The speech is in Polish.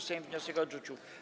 Sejm wniosek odrzucił.